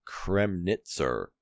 kremnitzer